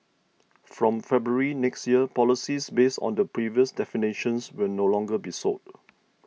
from February next year policies based on the previous definitions will no longer be sold